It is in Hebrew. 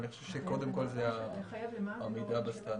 אני חושב שקודם כל זה עמידה בסטנדרט.